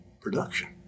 production